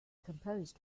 composed